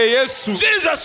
Jesus